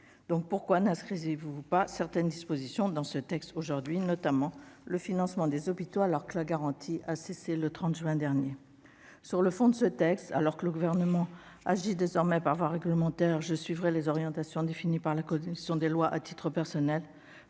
? Pourquoi n'inscrivez-vous pas certaines dispositions aujourd'hui dans le texte ? Que comptez-vous faire concernant le financement des hôpitaux, alors que la garantie a cessé au 30 juin dernier ? Sur le fond du texte, alors que le Gouvernement agit désormais par voie réglementaire, je suivrai les orientations définies par la commission des lois. Pour le reste,